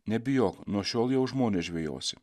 nebijok nuo šiol jau žmones žvejosi